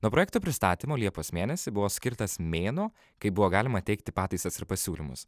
nuo projekto pristatymo liepos mėnesį buvo skirtas mėnuo kai buvo galima teikti pataisas ir pasiūlymus